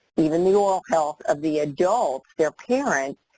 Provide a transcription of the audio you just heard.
even the oral health of the adults, their parents,